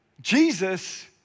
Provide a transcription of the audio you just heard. Jesus